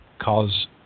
cause